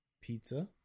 Pizza